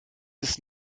ist